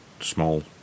small